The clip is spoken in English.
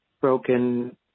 broken